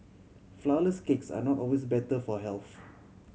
flourless cakes are not always better for health